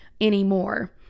anymore